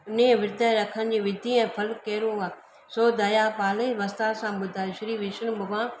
इन विर्त रखण जी विधी ऐं फल कहिड़ो आहे सो दया पाले विस्तार सां ॿुधाए श्री विष्णु भॻवानु